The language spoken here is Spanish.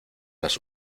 las